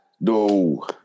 No